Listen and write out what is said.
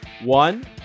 one